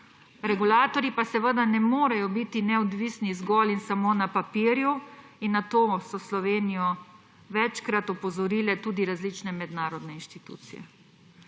Regulatorji pa seveda ne morejo biti neodvisni zgolj in samo na papirju. Na to so Slovenijo večkrat opozorile tudi različne mednarodne inštitucije.